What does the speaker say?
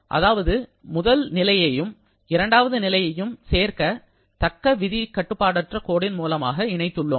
அதாவது முதல் நிலையையும் இரண்டாவது நிலையையும் சேர்க்க தக்க விதி கட்டுப்பாடற்ற கோட்டின் மூலமாக இணைத்துள்ளோம்